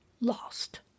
lost